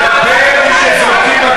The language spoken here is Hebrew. לא מצדיק את